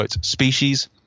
species